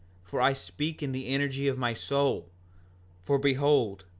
for i speak in the energy of my soul for behold,